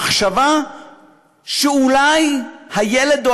המחשבה שאולי הילד שלך,